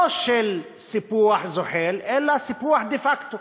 לא של סיפוח זוחל אלא סיפוח דה-פקטו.